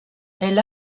elle